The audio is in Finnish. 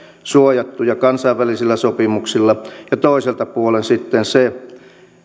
ja kansainvälisillä sopimuksilla suojattu ja toiselta puolen sitten se